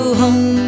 home